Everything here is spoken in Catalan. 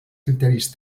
criteris